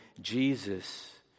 Jesus